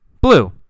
Blue